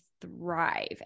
thrive